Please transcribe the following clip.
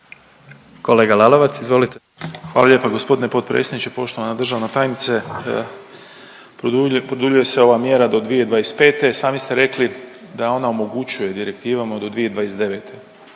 **Lalovac, Boris (SDP)** Hvala lijepa gospodine potpredsjedniče. Poštovana državna tajnice, produljuje se ova mjera do 2025., sami ste rekli da ona omogućuje direktivama do 2029.